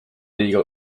liiga